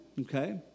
okay